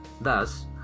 Thus